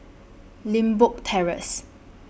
Limbok Terrace